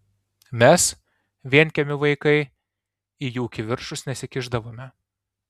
mes vienkiemių vaikai į jų kivirčus nesikišdavome